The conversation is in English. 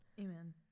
Amen